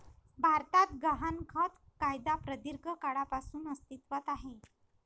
भारतात गहाणखत कायदा प्रदीर्घ काळापासून अस्तित्वात आहे